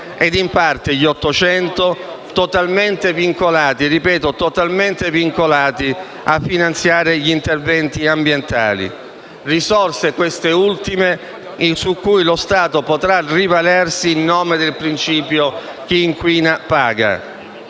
ed, in parte (800 milioni), totalmente vincolate a finanziare gli interventi ambientali: risorse, queste ultime, su cui lo Stato potrà rivalersi in nome del principio per cui chi inquina paga.